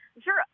sure